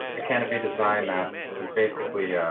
ah can it be designed that was basically a